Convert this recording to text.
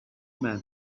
man